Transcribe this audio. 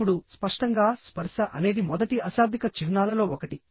ఇప్పుడు స్పష్టంగా స్పర్శ అనేది మొదటి అశాబ్దిక చిహ్నాలలో ఒకటి